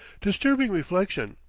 disturbing reflection.